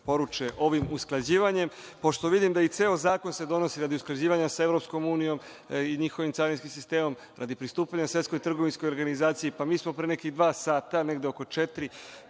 poruče ovim usklađivanjem, pošto vidim da se i ceo zakon donosi radi usklađivanja sa EU i njihovim carinskim sistemom, radi pristupanja Svetskoj trgovinskoj organizaciji. Mi smo pre nekih dva sata, negde oko četiri